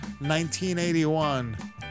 1981